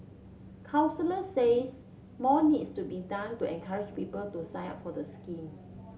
counsellors says more needs to be done to encourage people to sign up for the scheme